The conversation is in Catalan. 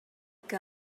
que